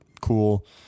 cool